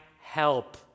help